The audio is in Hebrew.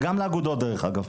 וגם לאגודות דרך אגב.